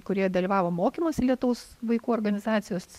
kurie dalyvavo mokymuose lietaus vaikų organizacijos